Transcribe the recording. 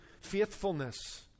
faithfulness